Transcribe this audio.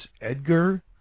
Edgar